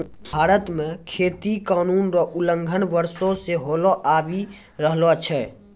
कृषि कानून भारत मे खेती कानून रो उलंघन वर्षो से होलो आबि रहलो छै